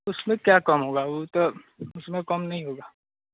उसमें क्या कम होगा उ तो उसमें कम नहीं होगा